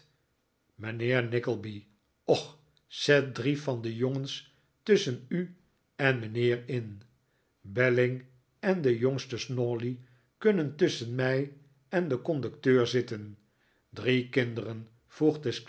mijnheer nickleby och zet drie van de jongens tusschen u en mijnheer in belling en de jongste snawley kunnen tusschen mij en den conducteur zitten drie kinderen